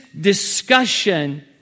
discussion